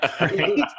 right